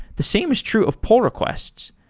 the same is true of pull requests.